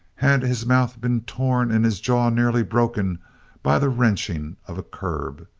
had his mouth been torn and his jaw nearly broken by the wrenching of a curb.